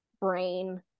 brain